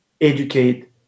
educate